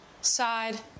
side